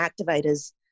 activators